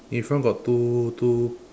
in front got two two